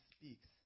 speaks